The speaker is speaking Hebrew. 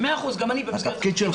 מאה אחוז גם אני במסגרת התפקיד שלי.